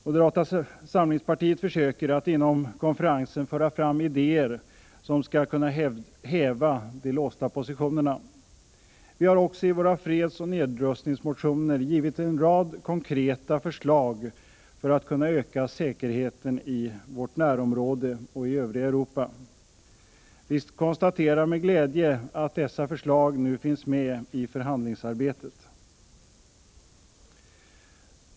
Moderata samlingspartiet försöker att inom konferensen föra fram idéer, som skall kunna häva de låsta positionerna. Vi har också i våra fredsoch nedrustningsmotioner givit en rad konkreta förslag för att kunna öka säkerheten i vårt närområde och i övriga Europa. Vi konstaterar med glädje att dessa förslag nu finns med i förhandlingsarbetet.